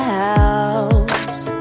house